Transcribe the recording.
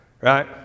right